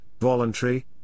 voluntary